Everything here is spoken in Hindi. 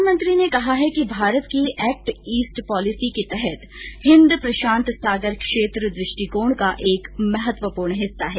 प्रधानमंत्री ने कहा है कि भारत की एक्ट ईस्ट नीति उसके हिन्द प्रशांत सागर क्षेत्र दृष्टिकोण का एक महत्वपूर्ण हिस्सा है